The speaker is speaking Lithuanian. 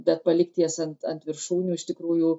bet palikti jas ant ant viršūnių iš tikrųjų